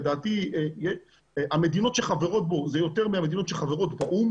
לדעתי המדינות שחברות בו זה יותר מהמדינות שחברות באו"ם,